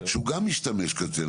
שהוא גם משתמש קצה.